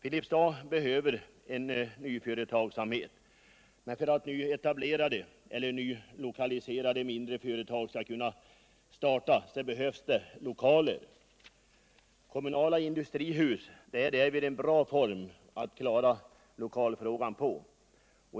Filipstad behöver en ny företagsamhet, men för att nvetablerade eller nylokaliserade mindre företag skall kunna starta behövs det lokaler. Kommunala industrihus är därvid en bra form för att klara lokalfrågan.